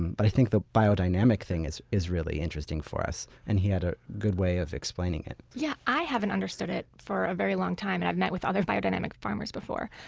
but i think the biodynamic thing is is really interesting for us. and he had a good way of explaining it yeah i haven't understood it for a very long time, and i've met with other biodynamic farmers before.